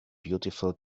beautiful